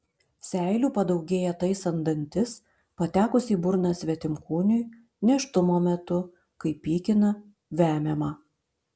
seilių padaugėja taisant dantis patekus į burną svetimkūniui nėštumo metu kai pykina vemiama